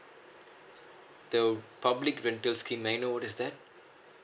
the public rental scheme may I know what is that